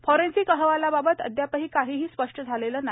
forensic अहवालाबाबत अद्यापही काहीही स्पष्ट झालेले नाही